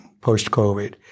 post-COVID